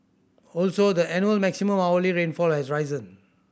also the annual maximum hourly rainfall has risen